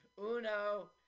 Uno